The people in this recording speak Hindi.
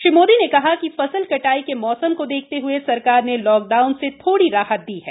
श्री मोदी ने कहा कि फसल कटाई के मौसम को देखते हए सरकार ने लॉकडाउन से थोड़ी राहत दी है